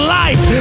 life